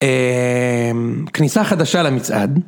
אממ, כניסה חדשה למצעד